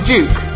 Duke